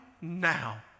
now